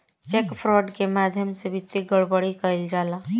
check fraud के माध्यम से वित्तीय गड़बड़ी कईल जाला